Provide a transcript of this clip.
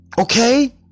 Okay